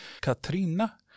Katrina